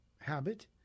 habit